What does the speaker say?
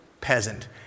peasant